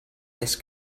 this